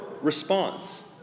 response